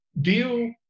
deal